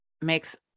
makes